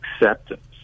acceptance